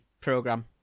program